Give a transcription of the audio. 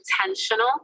intentional